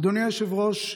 אדוני היושב-ראש,